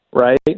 right